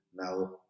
Now